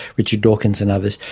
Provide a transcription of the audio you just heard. richard dawkins and others,